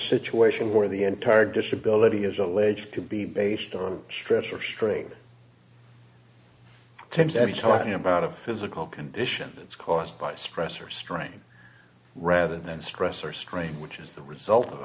situation where the entire disability is alleged to be based on a stretcher straight tend to be talking about a physical condition that's caused by stress or strain rather than stress or strain which is the result of